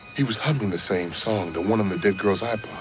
he was hugging the same saw and the one on the dead girl's eyeball